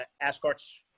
escorts